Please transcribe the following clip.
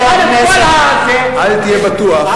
נשאל את כל, אל תהיה בטוח.